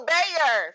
Bayer